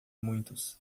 muitos